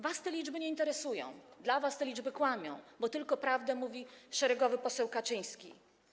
Was te liczby nie interesują, dla was te liczby kłamią, bo prawdę mówi tylko szeregowy poseł Kaczyński.